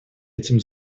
этим